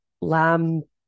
lamb